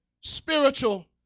spiritual